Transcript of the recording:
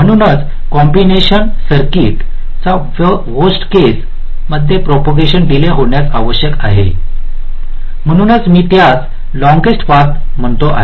म्हणूनच कॉम्बिनेशन सर्किटचा worst case मध्ये प्रोपोगेशन डीले होण्यास आवश्यक आहे म्हणूनच मी त्यास लॉंगेस्ट पाथम्हणतो आहे